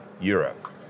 Europe